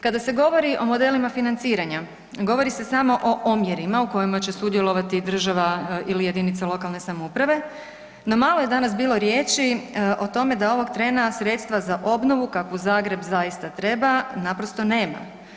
Kada se govori o modelima financiranja, govori se samo o omjerima u kojima će sudjelovati država ili jedinica lokalne samouprave, no malo je danas bilo riječi o tome da ovog trena sredstva za obnovu kakvu Zagreb zaista treba naprosto nema.